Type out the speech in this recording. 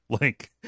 link